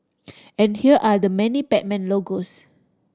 and here are the many Batman logos